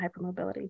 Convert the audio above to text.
hypermobility